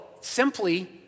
simply